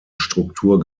struktur